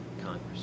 Congress